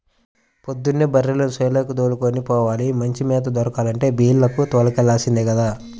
పొద్దున్నే బర్రెల్ని చేలకి దోలుకొని పోవాల, మంచి మేత దొరకాలంటే బీల్లకు తోలుకెల్లాల్సిందే గదా